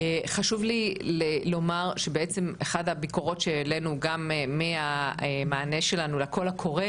חשוב לי לומר שבעצם אחת הביקורות שהעלינו גם מהמענה שלנו לקול הקורא